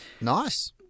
Nice